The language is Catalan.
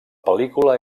pel·lícula